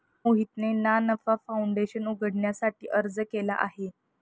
मोहितने ना नफा फाऊंडेशन उघडण्यासाठी अर्ज केला आहे